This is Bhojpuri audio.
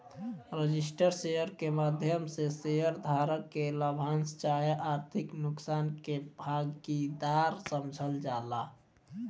रजिस्टर्ड शेयर के माध्यम से शेयर धारक के लाभांश चाहे आर्थिक नुकसान के भागीदार समझल जाला